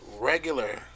regular